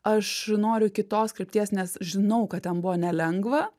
aš noriu kitos krypties nes žinau kad ten buvo nelengva